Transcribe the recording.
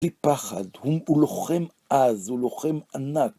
אין לי פחד, הוא לוחם עז, הוא לוחם ענק.